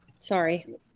Sorry